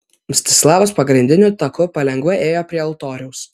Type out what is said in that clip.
mstislavas pagrindiniu taku palengva ėjo prie altoriaus